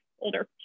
older